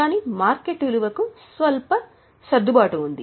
కానీ మార్కెట్ విలువకు స్వల్ప సర్దుబాటు ఉంది